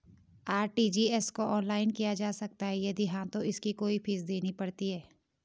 RTGS को online किया जा सकता है यदि हाँ तो इसकी कोई फीस देनी पड़ती है?